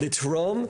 לתרום,